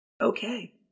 okay